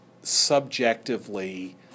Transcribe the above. subjectively